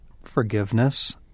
Forgiveness